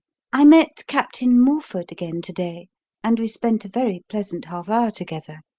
i met captain morford again to-day and we spent a very pleasant half hour together,